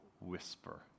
whisper